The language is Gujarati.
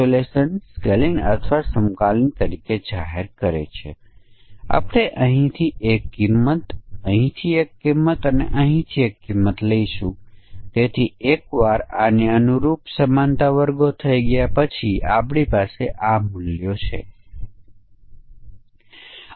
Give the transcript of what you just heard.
સમાનતા પરીક્ષણમાં આપણે ફક્ત ઇનપુટ ડેટા જોઈએ છીએ આપણે આઉટપુટ ડેટા જોઈએ છીએ અને આપણે દૃશ્યો જોઈએ છીએ અને પછી આપણે સમકક્ષ વર્ગો શોધવાનો પ્રયાસ કરીએ છીએ